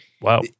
Wow